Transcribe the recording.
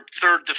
third